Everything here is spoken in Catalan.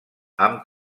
amb